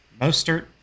Mostert